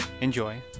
Enjoy